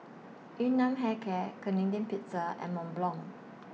Yun Nam Hair Care Canadian Pizza and Mont Blanc